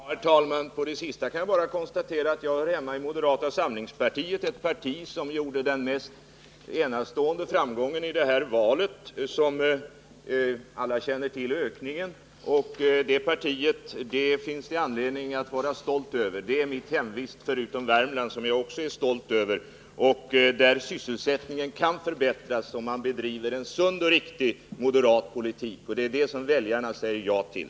Herr talman! Med anledning av det som sist sades kan jag bara konstatera att jag hör hemma i moderata samlingspartiet, det parti som hade en enastående framgång i valet. Detta mitt parti finns det anledning att vara stolt över. Likaså är jag stolt över mitt hemvist i Värmland. Sysselsättningen där 15 kan förbättras om man bedriver en sund och riktig moderat politik. Och det är det som väljarna säger ja till.